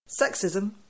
Sexism